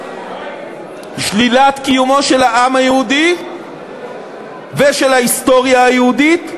שלילת קיומו של העם היהודי ושל ההיסטוריה היהודית,